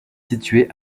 située